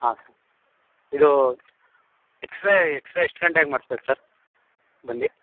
ಹಾಂ ಸರ್ ಇದು X ray X ray ಎಷ್ಟು ಗಂಟೆಗೆ ಮಾಡಿಸಬೇಕು ಸರ್ ಬಂದು